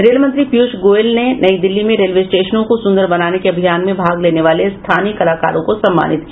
rail मंत्री पीयूष गोयल ने नई दिल्ली में रेलवे स्टेशनों को सुदंर बनाने के अभियान में भाग लेने वाले स्थानीय कलाकारों को सम्मानित किया